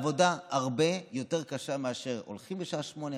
זו עבודה הרבה יותר קשה מאשר הולכים בשעה 08:00,